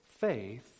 Faith